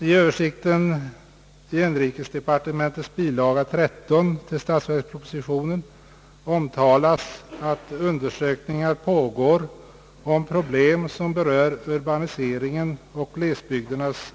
I översikten i bilaga 13 till statsverkspropositionen, inrikesdepartementet, omtalas att undersökningar pågår om problem, som berör urbaniseringen och glesbygdernas